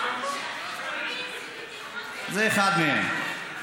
זה אחד מהם.